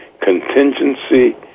Contingency